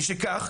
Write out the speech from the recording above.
משכך,